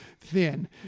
thin